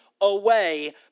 away